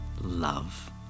love